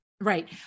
Right